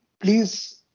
Please